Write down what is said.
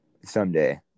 someday